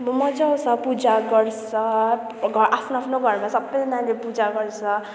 अब मजा आउँछ पूजा गर्छ आफ्नो आफ्नो घरमा सबैजनाले पूजा गर्छ